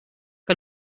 que